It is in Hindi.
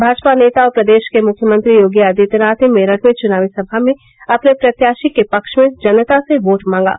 भाजपा नेता और प्रदेश के मुख्यमंत्री योगी आदित्यनाथ ने मेरठ में चुनावी सभा में अपने प्रत्याशी के पक्ष में जनता से वोट मांगा